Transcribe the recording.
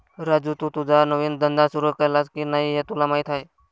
राजू, तू तुझा नवीन धंदा सुरू केलास की नाही हे तुला माहीत आहे